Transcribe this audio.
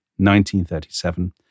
1937